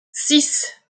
six